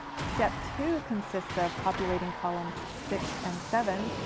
step two consists of populating columns six and seven,